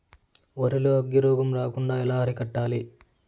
వరి లో అగ్గి రోగం రాకుండా ఎలా అరికట్టాలి?